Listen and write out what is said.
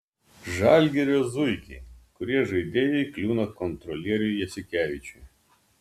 žalgirio zuikiai kurie žaidėjai kliūna kontrolieriui jasikevičiui